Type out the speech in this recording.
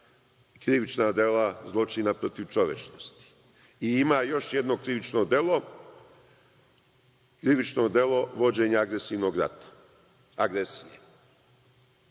krivična dela zločina protiv čovečnosti i ima još jedno krivično delo, krivično delo vođenja agresivnog rata, agresije.